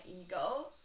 ego